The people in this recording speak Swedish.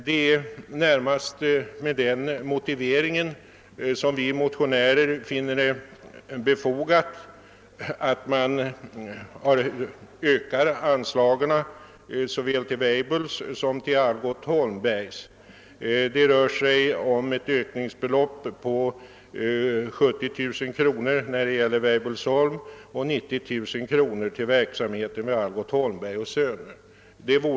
Det är närmast med den motiveringen som vi motionärer finner det befogat att man ökar anslagen såväl till Weibullsholm som till Algot Holmberg & Söner AB. Ökningen skulle belöpa sig till 70 000 kr. för Weibullsholm och 90 000 kr. för Algot Holmberg & Söner AB.